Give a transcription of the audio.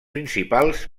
principals